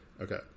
Okay